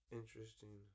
interesting